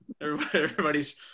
everybody's